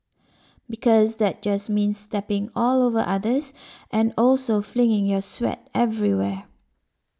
because that just means stepping all over others and also flinging your sweat everywhere